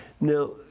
Now